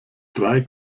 drei